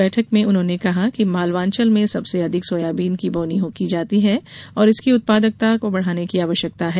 बैठक में उन्होंने कहा कि मालवांचल में सबसे अधिक सोयाबीन की बोनी की जाती है और इसकी उत्पादकता और बढ़ाने की आवश्यकता है